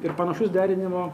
ir panašus derinimo